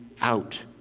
out